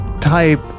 type